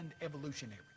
evolutionary